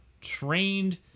trained